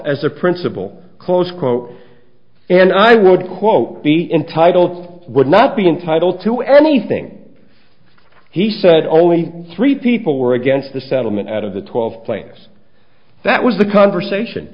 as a principal close quote and i would quote be entitled would not be entitled to anything he said already three people were against the settlement out of the twelve players that was the conversation